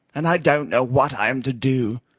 and i don't know what i am to do.